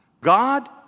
God